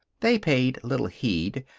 they paid little heed,